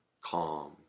calm